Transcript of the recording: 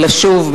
אלא שוב,